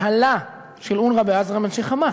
מההנהלה של אונר"א בעזה הם אנשי "חמאס".